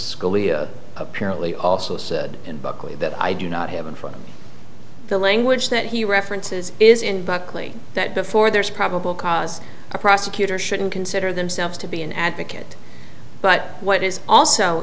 scalia apparently also said in buckley that i do not have and for the language that he references is in buckley that before there is probable cause a prosecutor shouldn't consider themselves to be an advocate but what is also